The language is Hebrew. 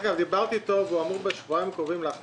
דיברתי איתו והוא אמור להכין את זה בשבועיים הקרובים.